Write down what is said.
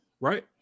right